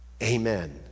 Amen